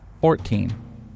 fourteen